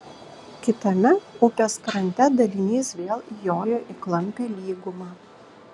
kitame upės krante dalinys vėl įjojo į klampią lygumą